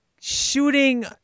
shooting